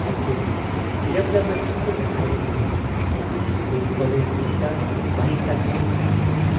ꯑꯩꯈꯣꯏꯒꯤ ꯏꯔꯝꯗꯝ ꯑꯁꯤꯒꯤ ꯑꯣꯏꯅ ꯍꯥꯏꯔꯒꯗꯤ ꯑꯩꯈꯣꯏꯒꯤ ꯁ꯭ꯀꯨꯜ ꯀꯣꯂꯦꯁꯁꯤꯡꯗ ꯃꯍꯩ ꯇꯝꯐꯝꯁꯤꯡ